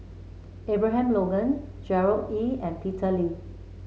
Abraham Logan Gerard Ee and Peter Lee